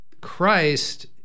Christ